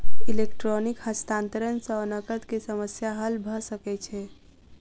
electronic हस्तांतरण सॅ नकद के समस्या हल भ सकै छै